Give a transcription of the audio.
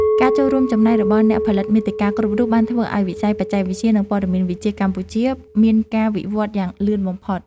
ការចូលរួមចំណែករបស់អ្នកផលិតមាតិកាគ្រប់រូបបានធ្វើឱ្យវិស័យបច្ចេកវិទ្យា និងព័ត៌មានវិទ្យាកម្ពុជាមានការវិវឌ្ឍយ៉ាងលឿនបំផុត។